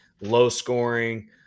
low-scoring